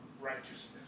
righteousness